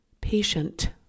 Patient